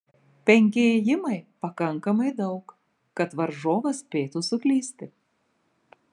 penki ėjimai pakankamai daug kad varžovas spėtų suklysti